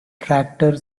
tractor